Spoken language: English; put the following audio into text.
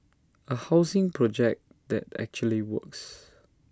A housing project that actually works